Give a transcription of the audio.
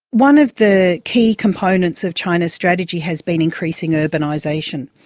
one of the key components of china's strategy has been increasing urbanisation,